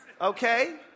Okay